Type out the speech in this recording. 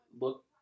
Look